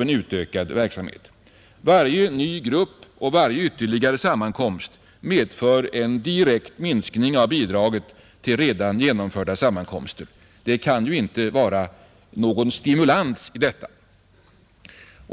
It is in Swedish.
en utökad verksamhet, Varje ny grupp och varje ytterligare sammankomst medför en direkt minskning av bidraget till redan genomförda sammankomster. Det kan ju inte innebära någon stimulans.